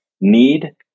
need